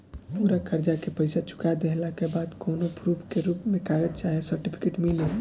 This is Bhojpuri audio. पूरा कर्जा के पईसा चुका देहला के बाद कौनो प्रूफ के रूप में कागज चाहे सर्टिफिकेट मिली?